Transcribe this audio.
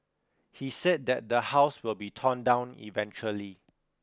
he said that the house will be torn down eventually